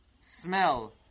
smell